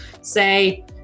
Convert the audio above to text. say